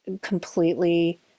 completely